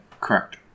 correct